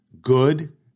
Good